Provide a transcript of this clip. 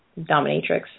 dominatrix